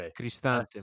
Cristante